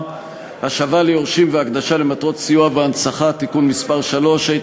(השבה ליורשים והקדשה למטרות סיוע והנצחה) (תיקון מס' 3),